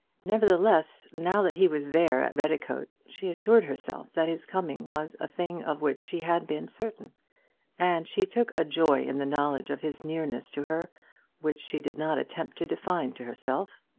nevertheless now that he was there at redicote, she assured herself that his coming was a thing of which she had been certain and she took a joy in the knowledge of his nearness to her which she did not attempt to define to herself.